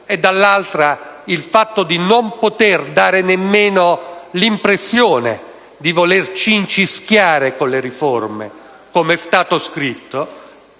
fondamentale, e il fatto di non poter dare nemmeno l'impressione di voler cincischiare con le riforme - come è stato scritto